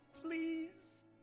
Please